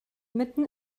mitten